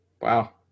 wow